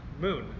Moon